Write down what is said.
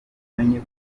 menye